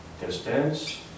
distance